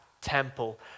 temple